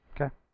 Okay